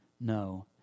no